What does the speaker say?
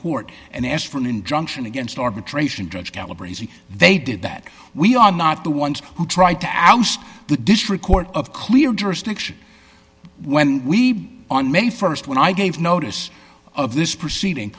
court and asked for an injunction against arbitration drugs calibrates and they did that we are not the ones who tried to oust the district court of clear jurisdiction when we on may st when i gave notice of this proceeding